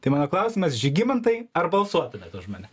tai mano klausimas žygimantai ar balsuotumėt už mane